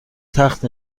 تخت